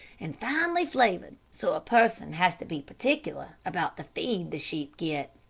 and finely flavored, so a person has to be particular about the feed the sheep get.